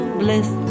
bliss